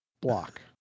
block